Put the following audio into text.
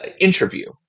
Interview